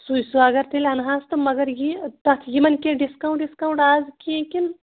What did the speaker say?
سُے سُہ اَگرتیٚلہِ اَنہاس تہٕ مَگر یہِ تَتھ یِمن کیٚنٛہہ ڈِسکاوُنٹ وِسکاوُنٹ از کیٚنٛہہ کِنہٕ